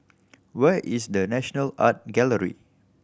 where is The National Art Gallery